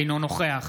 אינו נוכח